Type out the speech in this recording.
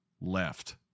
left